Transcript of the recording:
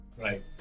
Right